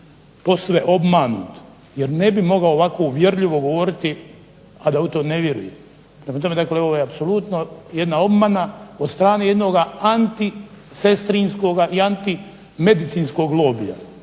posve obmanut, jer ne bi mogao ovako uvjerljivo govoriti a da u to ne vjeruje. Prema tome, dakle ovo je apsolutno jedna obmana od strane jednoga anti sestrinskoga i anti medicinskog lobija,